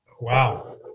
Wow